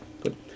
good